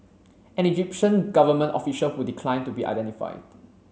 an Egyptian government official who declined to be identified